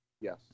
Yes